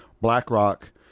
BlackRock